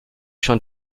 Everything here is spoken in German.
schon